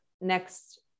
next